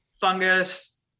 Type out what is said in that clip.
fungus